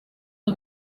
los